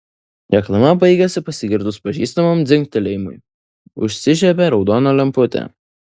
reklama baigėsi pasigirdus pažįstamam dzingtelėjimui užsižiebė raudona lemputė